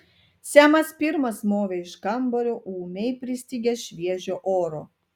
semas pirmas movė iš kambario ūmiai pristigęs šviežio oro